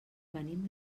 venim